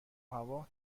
هوا